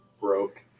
broke